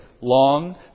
Long